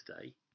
today